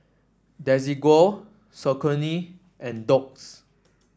Desigual Saucony and Doux